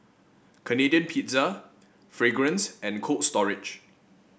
Canadian Pizza Fragrance and Cold Storage